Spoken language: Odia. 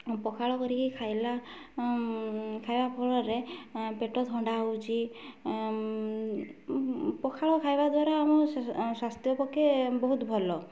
ପଖାଳ କରିକି ଖାଇଲା ଖାଇବା ଫଳରେ ପେଟ ଥଣ୍ଡା ହେଉଛି ପଖାଳ ଖାଇବା ଦ୍ୱାରା ଆମ ସ୍ୱାସ୍ଥ୍ୟ ପକ୍ଷେ ବହୁତ ଭଲ